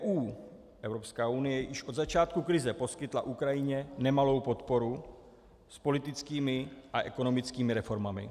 EU, Evropská unie, již od začátku krize poskytla Ukrajině nemalou podporu s politickými a ekonomickými reformami.